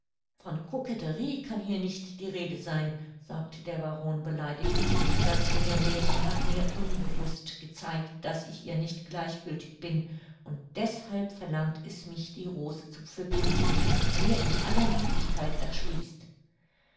von koketterie kann hier nicht die rede sein sagte der baron beleidigt das junge mädchen hat mir unbewußt gezeigt daß ich ihr nicht gleichgültig bin und deshalb verlangt es mich die rose zu pflücken die sich mir in aller lieblichkeit erschließt